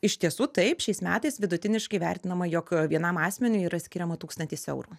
iš tiesų taip šiais metais vidutiniškai vertinama jog vienam asmeniui yra skiriama tūkstantis eurų